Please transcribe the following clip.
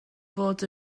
fod